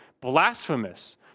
blasphemous